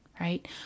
right